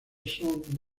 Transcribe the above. son